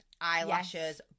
eyelashes